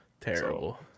Terrible